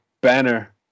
Banner